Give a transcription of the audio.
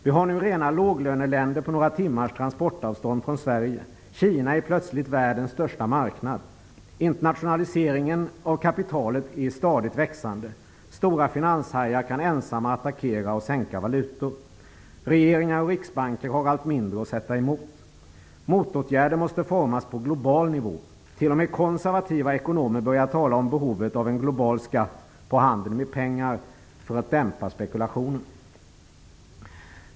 Vi har nu rena låglöneländer på några timmars transportavstånd från Sverige. Kina är plötsligt världens största marknad. Internationaliseringen av kapitalet är i stadigt växande. Stora finanshajar kan ensamma attackera och sänka valutor. Regeringar och riksbanker har allt mindre att sätta emot. Motåtgärder måste formas på global nivå. T.o.m. konservativa ekonomer börjar tala om behovet av en global skatt på handeln med pengar för att dämpa spekulationen.